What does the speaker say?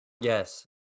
Yes